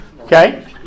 okay